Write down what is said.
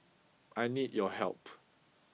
I need your help